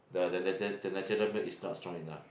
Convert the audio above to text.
the the nature the natural milk is not strong enough